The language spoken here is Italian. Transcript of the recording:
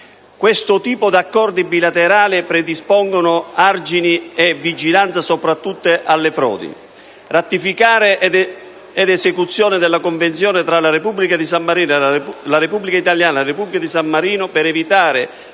Questo tipo di accordi bilaterali predispongono argini e vigilanza soprattutto alle frodi; con riguardo alla ratifica ed esecuzione della Convenzione tra la Repubblica italiana e la Repubblica di San Marino per evitare